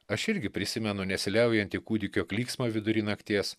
aš irgi prisimenu nesiliaujantį kūdikio klyksmą vidury nakties